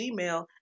gmail